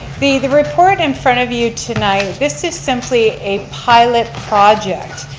the the report in front of you tonight, this is simply a pilot project.